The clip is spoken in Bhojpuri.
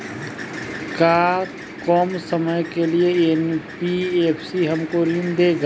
का कम समय के लिए एन.बी.एफ.सी हमको ऋण देगा?